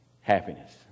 happiness